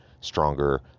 stronger